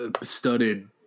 studded